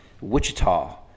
Wichita